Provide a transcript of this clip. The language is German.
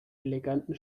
eleganten